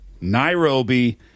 Nairobi